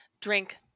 drink